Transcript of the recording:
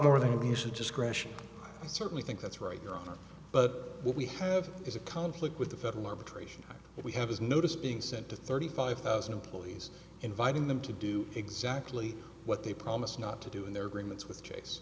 more than abuse of discretion i certainly think that's right but what we have is a conflict with the federal arbitration that we have as notice being sent to thirty five thousand employees inviting them to do exactly what they promised not to do in their agreements with case